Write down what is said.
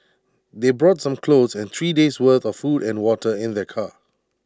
they brought some clothes and three days worth of food and water in their car